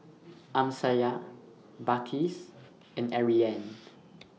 Amsyar Balqis and Aryan